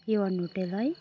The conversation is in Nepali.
ए वान होटेल है